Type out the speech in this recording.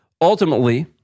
Ultimately